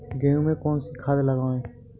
गेहूँ में कौनसी खाद लगाएँ?